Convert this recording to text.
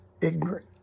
ignorant